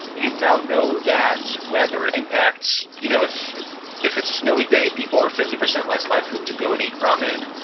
you now know that whether impacts you know if if it's a snowy day, people are fifty percent less likely to go and eat ramen,